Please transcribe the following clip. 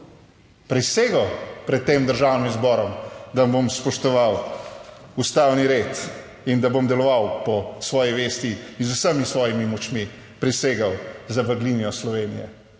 prisego pred tem Državnim zborom, da bom spoštoval ustavni red in da bom deloval po svoji vesti in z vsemi svojimi močmi prisegel za blaginjo Slovenije.